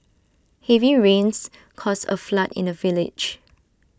heavy rains caused A flood in the village